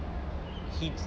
hit